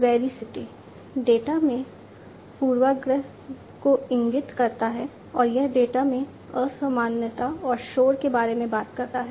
veracity data में पूर्वाग्रह को इंगित करता है और यह डेटा में असामान्यता और शोर के बारे में बात करता है